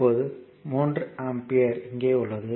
இப்போது 3 ஆம்பியர் இங்கே உள்ளது